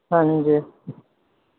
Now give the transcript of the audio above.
ਹਾਂਜੀ